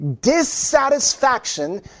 dissatisfaction